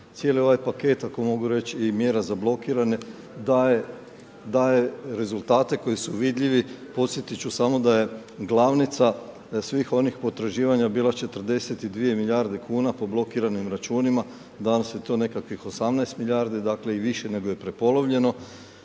Cijeli ovaj paket, ako mogu reći i mjera za blokirane daje rezultate koji su vidljivi. Podsjetit ću samo da je glavnica svih onih potraživanja bila 42 milijarde kuna po blokiranim računima. Danas je to nekakvih 18 milijardi, dakle i više nego je prepolovljeno.